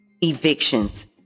evictions